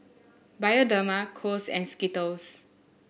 Bioderma Kose and Skittles